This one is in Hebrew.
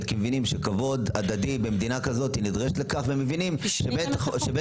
כי הם מבינים שכבוד הדדי במדינה כזאת נדרש ומבינים שבית